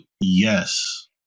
yes